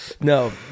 no